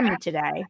today